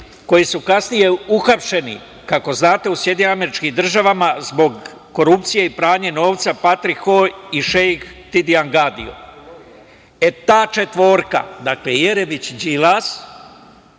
koji su kasnije uhapšeni, kako znate, u Sjedinjenim Američkim Državama zbog korupcije i pranja novca – Patrik Ho i šeik Tidian Gadio. Ta četvorka, dakle, Jeremić, Đilas,